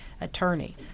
attorney